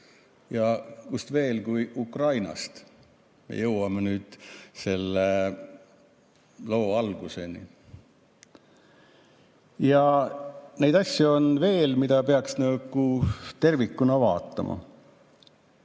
ja kust mujalt kui mitte Ukrainast. Me jõuame nüüd selle loo alguseni. Ja neid asju on veel, mida peaks tervikuna vaatama.